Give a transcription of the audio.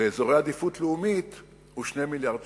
לאזורי עדיפות לאומית היא 2 מיליארדי שקל.